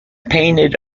painted